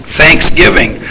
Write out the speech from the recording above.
thanksgiving